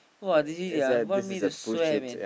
!wah! really sia want me to swear man